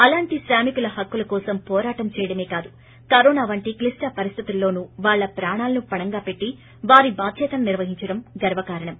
అలాంటి శ్రామికులు హక్కుల కోసం పోరాటం చేయడమే కాదు కరోనా వంటి క్లిష్ణ పరిస్థితులలోను వాళ్ళ ప్రాణాలను పణంగా పెట్టి వారి భాద్యతను నిర్వహించడం గర్వ కారణం